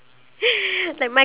what